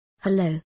Hello